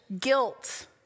guilt